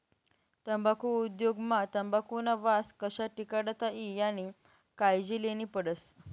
तम्बाखु उद्योग मा तंबाखुना वास कशा टिकाडता ई यानी कायजी लेन्ही पडस